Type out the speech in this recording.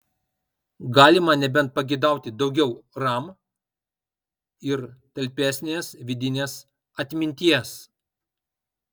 galima nebent pageidauti daugiau ram ir talpesnės vidinės atminties